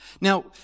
Now